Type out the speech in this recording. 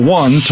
one